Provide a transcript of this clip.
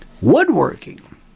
Woodworking